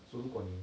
说如果你